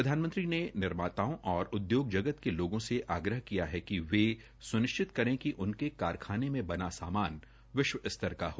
प्रधानमंत्री ने निर्माताओं और उद्योग जगत के लोगों से आग्रह किया है कि वे सुनिश्चित करे कि उनके कारखाने मे बना सामान विश्व स्तर का हो